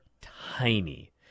tiny